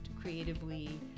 creatively